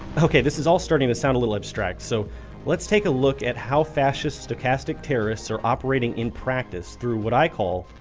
okay, this is all starting to sound a little abstract. so let's take a look at how fascist stochastic terrorists are operating in practice through what i call,